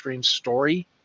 story